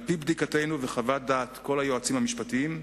2. על-פי בדיקתנו וחוות דעת כל היועצים המשפטיים,